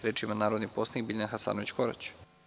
Reč ima narodni poslanik Biljana Hasanović Korać.